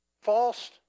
False